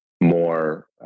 more